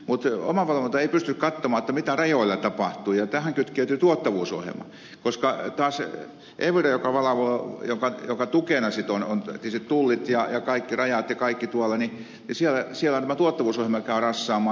mutta omavalvonta ei pysty katsomaan mitä rajoilla tapahtuu ja tähän kytkeytyy tuottavuusohjelma koska taas evirassa joka valvoo ja jonka tukena sitten on tietysti tullit ja kaikki raja ja kaikki tuolla tämä tuottavuusohjelma käy rassaamaan